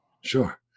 Sure